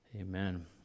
Amen